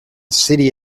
city